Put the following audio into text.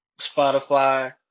Spotify